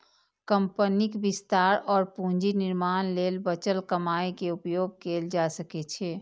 कंपनीक विस्तार और पूंजी निर्माण लेल बचल कमाइ के उपयोग कैल जा सकै छै